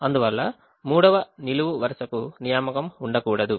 అందువల్ల 3వ నిలువు వరుసకు నియామకం ఉండకూడదు